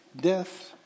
Death